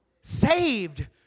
saved